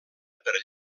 per